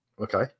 Okay